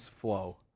flow